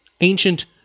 ancient